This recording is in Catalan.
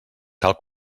cal